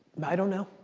but i don't know.